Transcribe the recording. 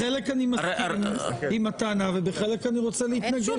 בחלק אני מסכים עם הטענה ובחלק אני רוצה לטעון נגד.